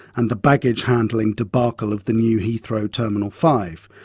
and the baggage handling debacle of the new heathrow terminal five.